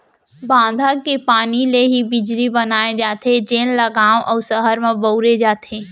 बांधा के पानी ले ही बिजली बनाए जाथे जेन ल गाँव अउ सहर म बउरे जाथे